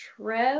Trev